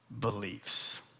beliefs